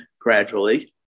gradually